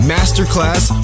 Masterclass